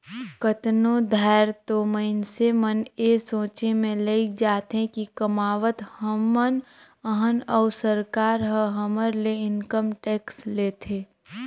कतनो धाएर तो मइनसे मन ए सोंचे में लइग जाथें कि कमावत हमन अहन अउ सरकार ह हमर ले इनकम टेक्स लेथे